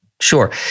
Sure